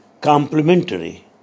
complementary